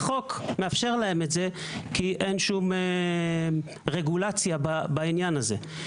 והחוק מאפשר להם כי אין שום רגולציה בעניין הזה.